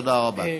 תודה רבה.